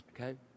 Okay